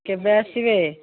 କେବେ ଆସିବେ